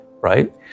right